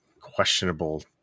questionable